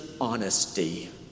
honesty